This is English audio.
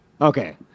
Okay